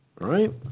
right